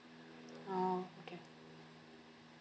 oh okay